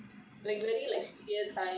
he really like senior kind